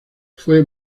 fue